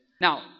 Now